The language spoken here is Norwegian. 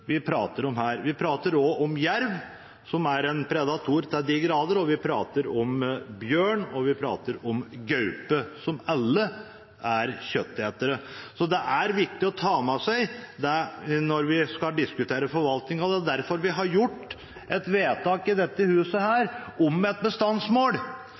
vi prater om her; vi prater også om jerv – som til de grader er en predator – og vi prater om bjørn og gaupe, som alle er kjøttetere. Det er viktig å ta med seg når vi skal diskutere forvaltning. Det er derfor vi har fattet et vedtak om et bestandsmål i dette huset